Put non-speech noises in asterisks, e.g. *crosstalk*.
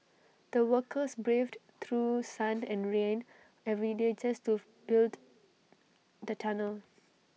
the workers braved through *noise* sunned and rain every day just to *noise* build the tunnel